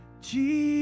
Jesus